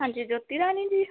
ਹਾਂਜੀ ਜੋਤੀ ਰਾਣੀ ਜੀ